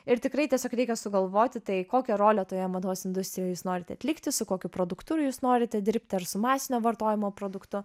ir tikrai tiesiog reikia sugalvoti tai kokią rolę toje mados industrijoje jūs norit atlikti su kokiu produktu jūs norite dirbti ar su masinio vartojimo produktu